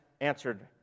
answered